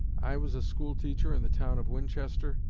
i was a school-teacher in the town of winchester,